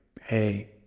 hey